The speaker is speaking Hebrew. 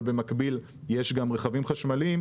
אבל במקביל יש גם רכבים חשמליים,